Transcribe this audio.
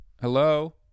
hello